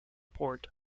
port